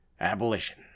abolition